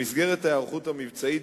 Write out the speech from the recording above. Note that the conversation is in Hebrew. במסגרת ההיערכות המבצעית,